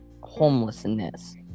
Homelessness